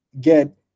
get